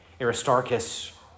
Aristarchus